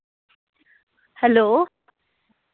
hello